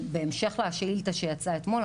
בהמשך לשאילתה שיצאה אתמול,